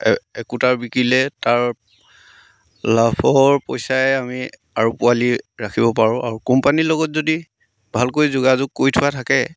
একোটা বিকিলে তাৰ লাভৰ পইচাই আমি আৰু পোৱালি ৰাখিব পাৰোঁ আৰু কোম্পানীৰ লগত যদি ভালকৈ যোগাযোগ কৰি থোৱা থাকে